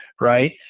right